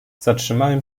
zatrzymałem